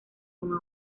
con